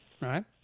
Right